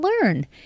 learn